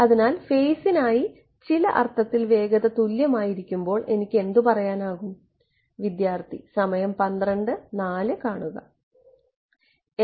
അതിനാൽ ഫേസിനായി ചില അർത്ഥത്തിൽ വേഗത തുല്യമായിരിക്കുമ്പോൾ എനിക്ക് എന്ത് പറയാൻ കഴിയും